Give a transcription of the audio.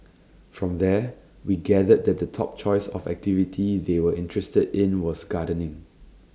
from there we gathered that the top choice of activity they were interested in was gardening